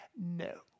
no